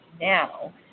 now